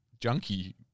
Junkie